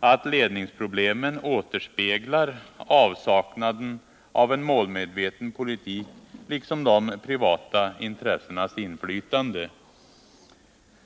att ledningsproblemen återspeglar avsaknaden av en målmedveten politik liksom de privata intressenas inflytande.